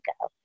go